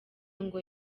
ngo